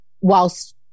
whilst